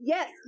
Yes